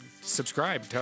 Subscribe